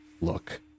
look